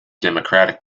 democratic